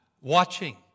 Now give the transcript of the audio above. watching